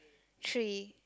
three